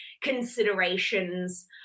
considerations